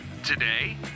today